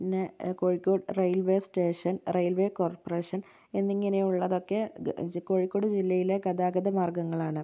പിന്നെ Kozhikode railway station railway corporation എന്നിങ്ങനെയുള്ളതൊക്കെ ജഗ കോഴിക്കോട് ജില്ലയിലെ ഗതാഗത മാർഗ്ഗങ്ങളാണ്